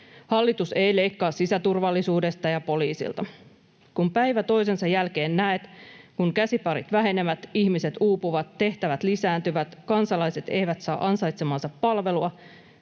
Hallitus ei leikkaa sisäturvallisuudesta ja poliisilta. Kun päivä toisensa jälkeen näet, miten käsiparit vähenevät, ihmiset uupuvat, tehtävät lisääntyvät, kansalaiset eivät saa ansaitsemaansa palvelua,